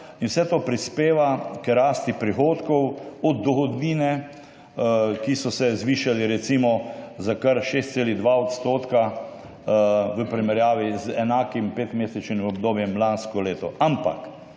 ker vse to prispeva k rasti prihodkov od dohodnine, ki so se zvišali recimo za kar 6,2 % v primerjavi z enakim petmesečnim obdobjem lansko leto.